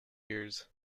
years